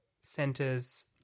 centres